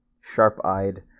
sharp-eyed